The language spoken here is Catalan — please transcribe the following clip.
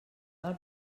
del